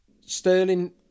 Sterling